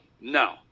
no